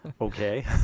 Okay